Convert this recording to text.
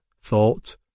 thought